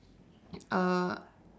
uh